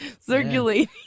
circulating